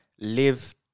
live